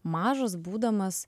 mažas būdamas